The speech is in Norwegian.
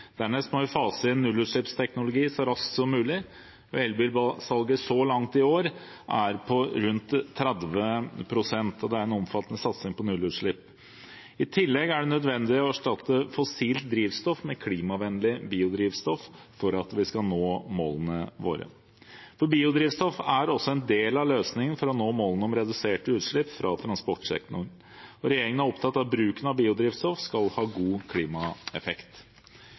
Dernest må vi fase inn nullutslippsteknologi så raskt som mulig. Elbilsalget så langt i år er på rundt 30 pst. Det er en omfattende satsing på nullutslipp. I tillegg er det nødvendig å erstatte fossilt drivstoff med klimavennlig biodrivstoff for at vi skal nå målene våre. Biodrivstoff er også en del av løsningen for å nå målene om reduserte utslipp fra transportsektoren. Regjeringen er opptatt av at bruken av biodrivstoff skal ha en god klimaeffekt.